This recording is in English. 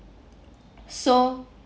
so